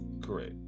Correct